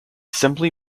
simply